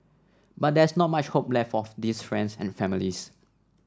but there's not much hope left for these friends and families